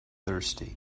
thirsty